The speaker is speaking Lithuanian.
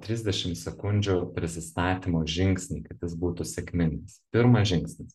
trisdešim sekundžių prisistatymo žingsniai kad jis būtų sėkmingas pirmas žingsnis